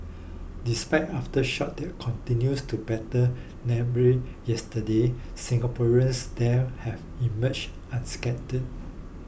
despite aftershocks that continued to batter Nepal yesterday Singaporeans there have emerged unscathed